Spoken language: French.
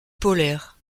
polaire